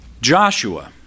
Joshua